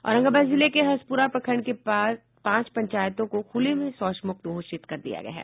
औरंगाबाद जिले के हसपुरा प्रखण्ड के पांच पंचायतों को खुले में शौच से मुक्त घोषित कर दिया गया है